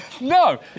No